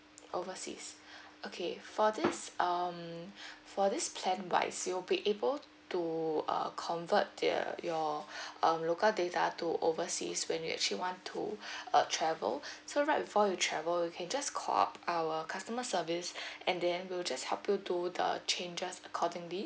overseas okay for this um for this plan wise you'll be able to to uh convert the your um local data to overseas when you actually want to uh travel so right before you travel you can just call up our customer service and then we'll just help you to the changes accordingly